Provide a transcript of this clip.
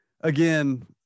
again